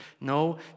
no